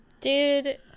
Dude